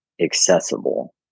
accessible